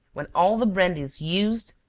when all the brandy is used,